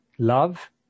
Love